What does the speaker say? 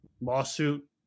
lawsuit